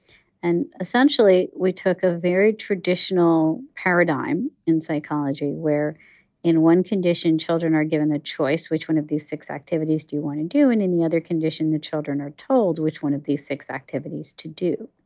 and, essentially, we took a very traditional paradigm in psychology where in one condition children are given a choice which one of these six activities do you want to do? and in the other condition, the children are told which one of these six activities to do.